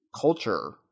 culture